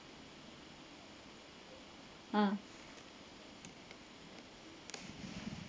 ah